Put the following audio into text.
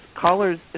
callers